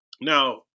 Now